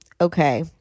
Okay